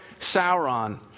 Sauron